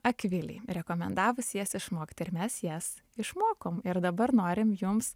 akvilei rekomendavus jas išmokti ir mes jas išmokom ir dabar norim jums